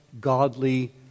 godly